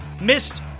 missed